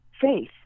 faith